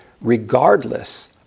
regardless